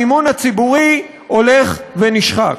המימון הציבורי הולך ונשחק.